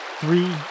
three